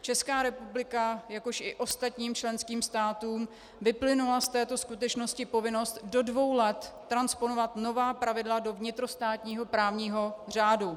České republice, jakož i ostatním členským státům vyplynula z této skutečnosti povinnost do dvou let transponovat nová pravidla do vnitrostátního právního řádu.